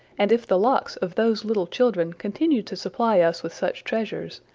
and if the locks of those little children continue to supply us with such treasures,